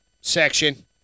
section